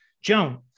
Joan